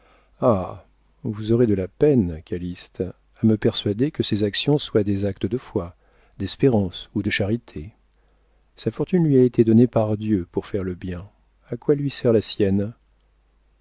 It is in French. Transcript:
vous aurez de la peine calyste à me persuader que ces actions soient des actes de foi d'espérance ou de charité sa fortune lui a été donnée par dieu pour faire le bien à quoi lui sert la sienne